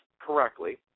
correctly